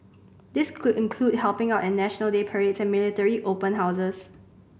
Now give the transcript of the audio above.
this could include helping out at National Day parades and military open houses